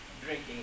drinking